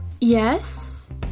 yes